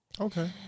Okay